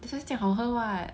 that's why 这样好喝 what